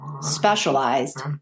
specialized